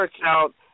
account